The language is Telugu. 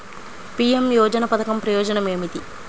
పీ.ఎం యోజన పధకం ప్రయోజనం ఏమితి?